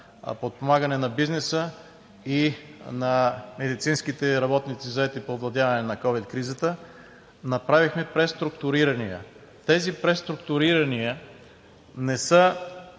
подпомагане на бизнеса и на медицинските работници, заети по овладяване на ковид кризата, направихме преструктурирания. Тези преструктурирания не са